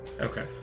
Okay